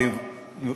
מיקי,